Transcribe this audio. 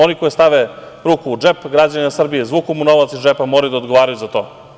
Oni koji stave ruku u džep građanina Srbije, izvuku mu novac iz džepa, moraju da odgovaraju za to.